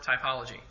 typology